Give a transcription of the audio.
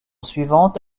suivante